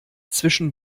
zwischen